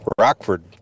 Rockford